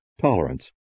tolerance